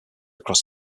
across